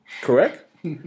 Correct